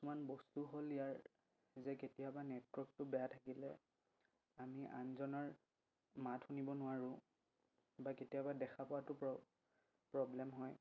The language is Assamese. কিছুমান বস্তু হ'ল ইয়াৰ যে কেতিয়াবা নেটৱৰ্কটো বেয়া থাকিলে আমি আনজনৰ মাত শুনিব নোৱাৰোঁ বা কেতিয়াবা দেখা পোৱাতো প্ৰব্লেম হয়